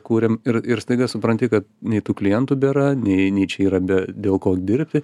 kūrėm ir ir staiga supranti kad nei tų klientų bėra nei nei čia yra be dėl ko dirbti